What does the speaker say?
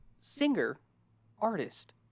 singer-artist